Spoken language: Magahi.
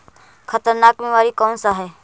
खतरनाक बीमारी कौन सा है?